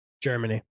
Germany